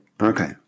Okay